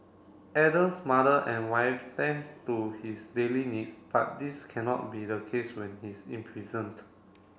Adam's mother and wife tends to his daily needs but this cannot be the case when he is imprisoned